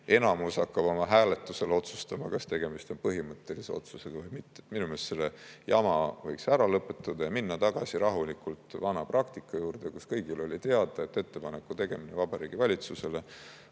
enamus hakkab oma hääletusel otsustama, kas tegemist on põhimõttelise otsusega või mitte. Minu meelest võiks selle jama ära lõpetada ja minna rahulikult tagasi vana praktika juurde, kus kõigile oli teada, et ettepaneku tegemine Vabariigi Valitsusele